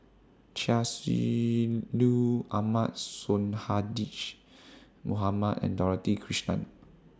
Chia Shi Lu Ahmad Sonhadji Mohamad and Dorothy Krishnan